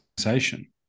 organization